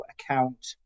account